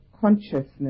consciousness